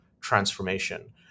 transformation